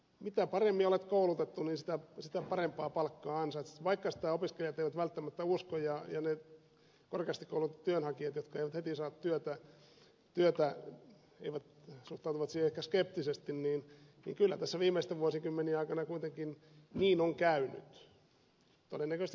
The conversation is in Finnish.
mitä paremmin olet koulutettu sitä parempaa palkkaa ansaitset vaikka sitä opiskelijat eivät välttämättä usko ja ne korkeasti koulutetut työnhakijat jotka eivät heti saa työtä suhtautuvat siihen ehkä skeptisesti niin kyllä tässä viimeisten vuosikymmenien aikana kuitenkin niin on käynyt